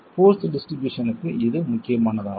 force டிஸ்ட்ரிபியூஷனுக்கு இது முக்கியமானதாகும்